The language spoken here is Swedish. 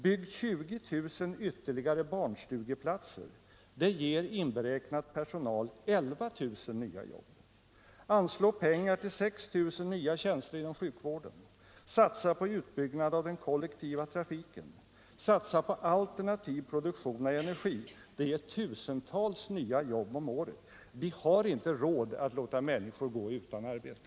Bygg 20 000 ytterligare barnstugeplatser — det ger, inberäknat personal, 11 000 nya jobb. Anslå pengar till 6 000 nya tjänster inom sjukvården. Satsa på utbyggnad av den kollektiva trafiken. Satsa på alternativ produktion av energi. Det ger tusentals nya jobb om året. Vi har inte råd att låta människor gå utan arbete!